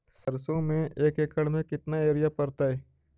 सरसों में एक एकड़ मे केतना युरिया पड़तै?